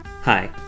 Hi